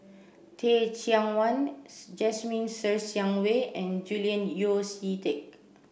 Teh Cheang Wan Jasmine Ser Xiang Wei and Julian Yeo See Teck